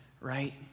Right